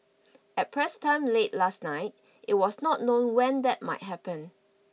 at press time late last night it was not known when that might happen